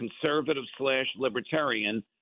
conservative-slash-libertarian